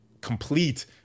complete